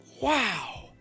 wow